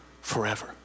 forever